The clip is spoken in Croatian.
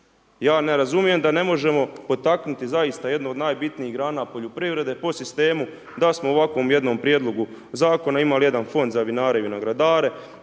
Ja ne razumijem da ne možemo potaknuti zaista jednu od najbitnijih grana poljoprivrede po sistemu da smo u ovakvom jednom prijedlogu zakona imali jedan fond za vinare i vinogradare,